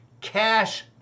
cash